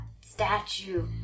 statue